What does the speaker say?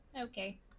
okay